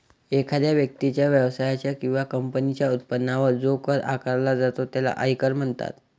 एखाद्या व्यक्तीच्या, व्यवसायाच्या किंवा कंपनीच्या उत्पन्नावर जो कर आकारला जातो त्याला आयकर म्हणतात